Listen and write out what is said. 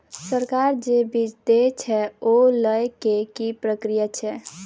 सरकार जे बीज देय छै ओ लय केँ की प्रक्रिया छै?